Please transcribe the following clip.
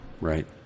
Right